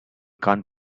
can’t